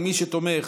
מי שתומך,